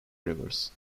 rivers